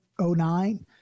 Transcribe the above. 09